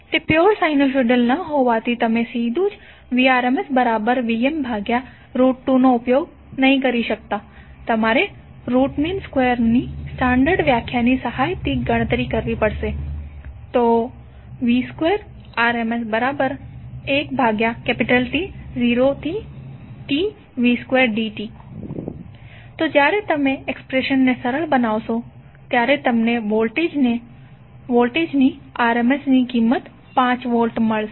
તે pure sinusoidal ન હોવાથી તમે સીધુ જ Vrms બરાબર Vm ભાગ્યા રુટ 2 નો ઉપયોગ કરી શકતા નથી તમારે રુટ મીન સ્ક્વેર ની સ્ટાંડર્ડ વ્યાખ્યાની સહાયથી ગણતરી કરવી પડશે તો Vrms21T0Tv2dt તો જ્યારે તમે એક્સપ્રેશનને સરળ બનાવશો ત્યારે તમને વોલ્ટેજની rms ની કિંમત 5 વોલ્ટ મળશે